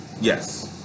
Yes